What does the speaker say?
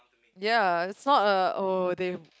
ya it's not a oh they